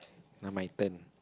now my turn